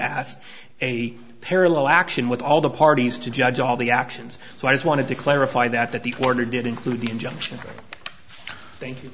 ask a parallel action with all the parties to judge all the actions so i just wanted to clarify that that the order did include the injunction thank